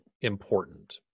important